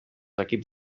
equips